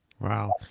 Wow